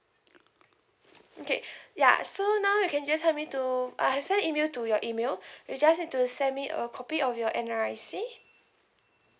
okay ya so now you can just help me to I have sent email to your email you just need to send me a copy of your N_R_I_C